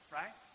right